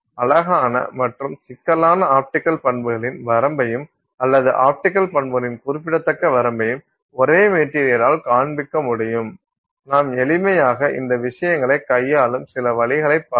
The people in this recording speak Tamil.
அழகான மற்றும் சிக்கலான ஆப்டிக்கல் பண்புகளின் வரம்பையும் அல்லது ஆப்டிக்கல் பண்புகளின் குறிப்பிடத்தக்க வரம்பையும் ஒரே மெட்டீரியலால் காண்பிக்க முடியும் நாம் எளிமையாக இந்த விஷயங்களை கையாளும் சில வழிகளை பார்த்தோம்